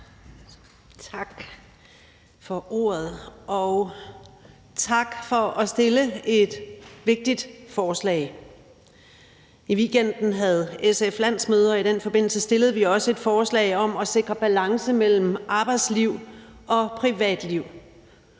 Tak for ordet, og tak for at stille et vigtigt forslag. I weekenden havde SF landsmøde, og i den forbindelse stillede vi også et forslag om at sikre balance mellem arbejdsliv og privatliv,